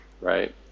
right